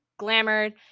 glamored